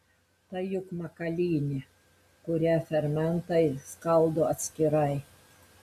tai juk makalynė kurią fermentai skaldo atskirai